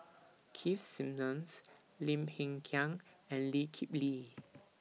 Keith Simmons Lim Hng Kiang and Lee Kip Lee